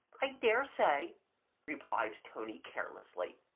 i dare say replied tony carelessly.